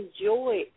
enjoy